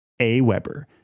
AWeber